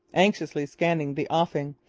anxiously scanning the offing,